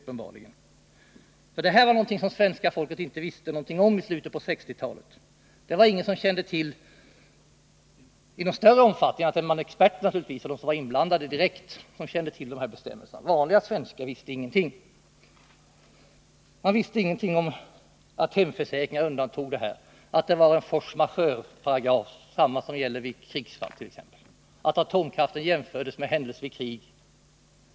Dessa frågor visste svenska folket inte någonting om i slutet på 1960-talet. Ingen utöver naturligtvis experterna och andra inblandade kände i någon större utsträckning till de bestämmelser som gällde på detta område. Vanligt folk visste ingenting om detta, t.ex. om att det i hemförsäkringar gjordes undantag för här aktuella skador, i en force majeure-paragraf av samma typ som vad som gäller vid t.ex. krigsfall, innebärande att atomkraftsolyckor jämställdes med händelser i krig.